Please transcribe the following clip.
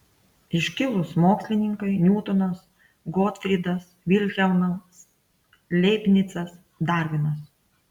iškilūs mokslininkai niutonas gotfrydas vilhelmas leibnicas darvinas